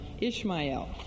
Ishmael